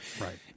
right